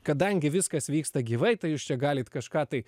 kadangi viskas vyksta gyvai tai jūs čia galit kažką tai